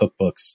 cookbooks